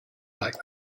like